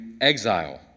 exile